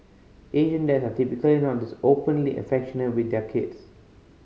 Asian dad are typically not this openly affectionate with their kids